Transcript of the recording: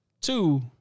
Two